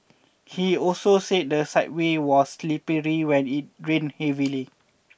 he also say the said walkway was slippery when it rained heavily